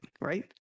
right